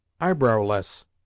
eyebrowless